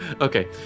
Okay